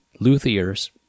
luthiers